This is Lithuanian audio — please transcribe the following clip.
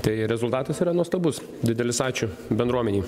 tai rezultatas yra nuostabus didelis ačiū bendruomenei